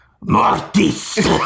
Mortis